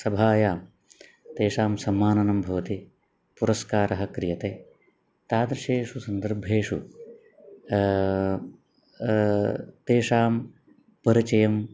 सभायां तेषां सम्माननं भवति पुरस्कारः क्रियते तादृशेषु सन्दर्भेषु तेषां परिचयम्